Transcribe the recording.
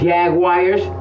Jaguars